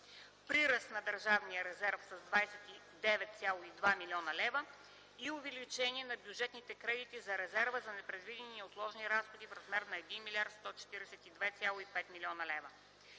прираст на държавния резерв с 29,2 млн. лв. и увеличение на бюджетните кредити на резерва за непредвидени и неотложни разходи в размер на 1млрд.142,5 млн. лв.